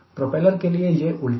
propeller के लिए यह उल्टा है